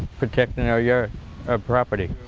protecting our yeah ah property.